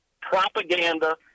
propaganda